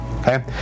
Okay